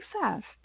fast